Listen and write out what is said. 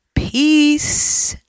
Peace